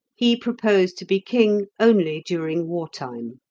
he proposed to be king only during war-time.